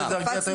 העירייה?